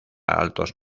altos